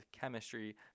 chemistry